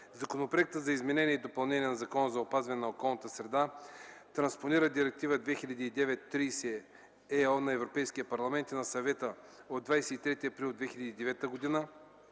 Законопроектът за изменение и допълнение на Закона за опазване на околната среда транспонира Директива 2009/30/ЕО на Европейския парламент и на Съвета от 23 април 2009 г.